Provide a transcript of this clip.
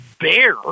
bear